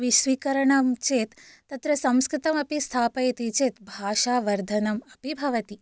स्वीकरणं चेत् तत्र संस्कृतमपि स्थापयति चेत् भाषावर्धनम् अपि भवति